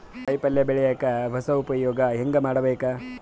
ಕಾಯಿ ಪಲ್ಯ ಬೆಳಿಯಕ ಹೊಸ ಉಪಯೊಗ ಹೆಂಗ ಮಾಡಬೇಕು?